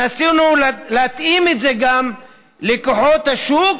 ניסינו להתאים את זה גם לכוחות השוק.